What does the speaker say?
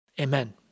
Amen